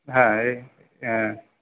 হ্যাঁ এই অ্যাঁ